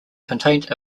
contained